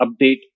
update